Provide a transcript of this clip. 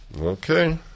Okay